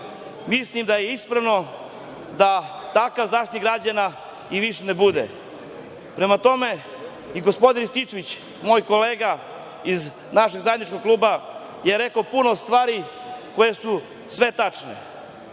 mislim da je ispravno da takav Zaštitnik građana više i ne bude. Prema tome, i gospodin Rističević moj kolega iz našeg zajedničkog kluba je rekao puno stvari koje su sve tačne.